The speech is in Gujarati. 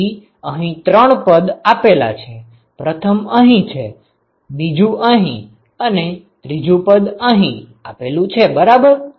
તેથી અહીં ત્રણ પદ આપેલા છે પ્રથમ અહીં છે બીજી અહીં અને ત્રીજું પદ અહીં આપેલું છે બરાબર